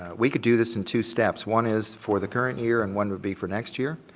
we could do this in two steps. one is for the current year and one would be for next year,